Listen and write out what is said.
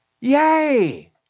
Yay